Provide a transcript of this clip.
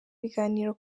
w’ibiganiro